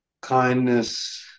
kindness